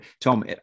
tom